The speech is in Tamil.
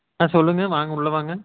ஆ சொல்லுங்கள் வாங்க உள்ளே வாங்க